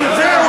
אתה צודק.